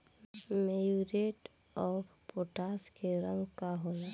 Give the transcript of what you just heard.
Muriate of potash के रंग का होला?